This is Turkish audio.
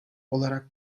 olarak